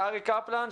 אריק קפלן,